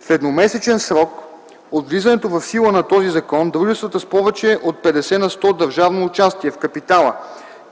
В едномесечен срок от влизането в сила на този закон дружествата с повече от 50 на сто държавно участие в капитала,